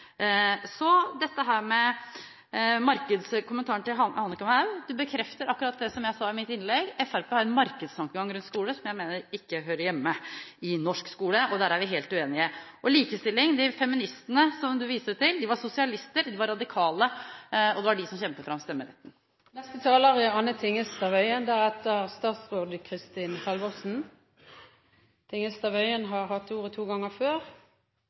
Så til dette med marked. Kommentaren til representanten Hanekamhaug bekrefter akkurat det som jeg sa i mitt innlegg: Fremskrittspartiet har en markedstankegang rundt skole som jeg mener ikke hører hjemme i norsk skole. Der er vi helt uenige. Og likestilling: De feministene som hun viste til, var sosialister, de var radikale, og det var de som kjempet fram stemmeretten. Representanten Anne Tingelstad Wøien har hatt ordet to ganger og får ordet